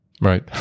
Right